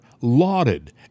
lauded